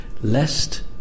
lest